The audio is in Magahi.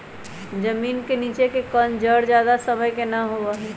जमीन के नीचे के कंद जड़ ज्यादा समय के ना होबा हई